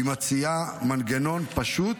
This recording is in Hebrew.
היא מציעה מנגנון פשוט